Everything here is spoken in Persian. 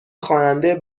خواننده